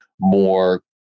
more